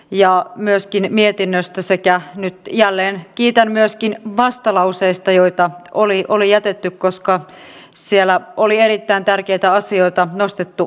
ja myöskin mietinnöstä sekä nyt jälleen kiitän myöskin vastalauseista joita hallituksen rajut koulutusleikkaukset kurittavat myös peruskoulutusta ammatillista koulutusta ja lukiokoulutusta